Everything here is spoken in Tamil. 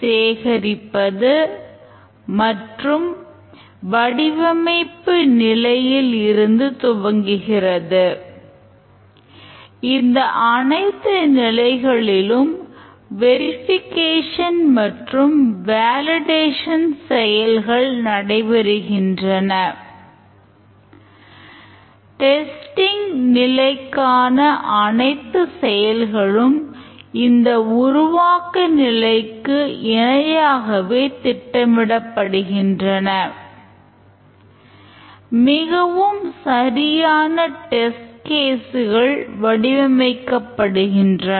சாப்ட்வேர் வடிவமைக்கப்படுகின்றன